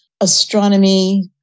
astronomy